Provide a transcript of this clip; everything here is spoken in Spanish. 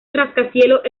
rascacielos